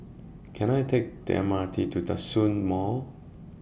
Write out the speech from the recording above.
Can I Take The M R T to Djitsun Mall